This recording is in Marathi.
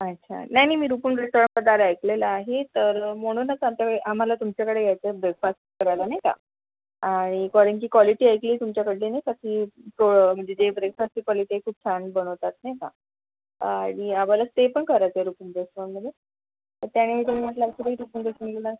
अच्छा नाही नाही मी रूपम रेस्टॉरंटबद्दल ऐकलेलं आहे तर म्हणूनच आमच्याकडे आम्हाला तुमच्याकडे यायचंय ब्रेकफास्ट करायला नाही का आणि कारण की क्वालिटी ऐकलीय तुमच्याकडली मी तर ती प्रो म्हणजे जे ब्रेकफास्टची क्वालिटी आहे खूप छान बनवतात नाही का आणि आम्हाला स्टे पण करायचाय रूपम रेस्टॉरंटमध्ये तर त्यानिमित्ताने म्हटलं